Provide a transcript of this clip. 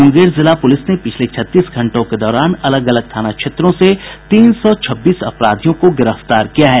मुंगेर जिला पुलिस ने पिछले छत्तीस घंटों के दौरान अलग अलग थाना क्षेत्रों से तीन सौ छब्बीस अपराधियों को गिरफ्तार किया है